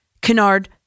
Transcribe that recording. Kennard